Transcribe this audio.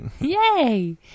yay